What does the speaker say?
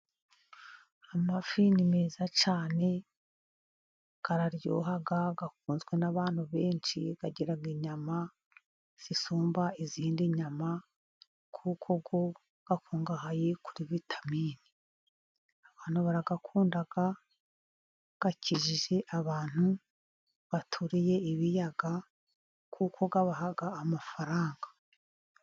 Amafi ni meza cyane araryoha, akunzwe n'abantu benshi, agira inyama zisumba izindi nyama, kuko yo akungahaye kuri vitamini, abantu barayakunda, akijije abantu baturiye ibiyaga, kuko abaha amafaranga.